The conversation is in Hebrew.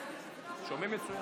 לא שומעים?